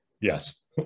Yes